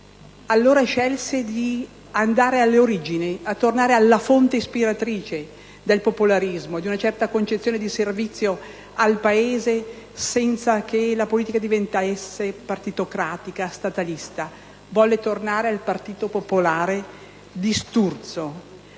Allora scelse di andare alle origini, di tornare alla fonte ispiratrice del popolarismo, di una certa concezione di servizio al Paese senza che la politica diventasse partitocratica, statalista: volle tornare al partito popolare di Sturzo